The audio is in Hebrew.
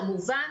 כמובן,